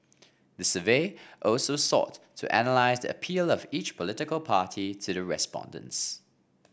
the survey also sought to analyse the appeal of each political party to the respondents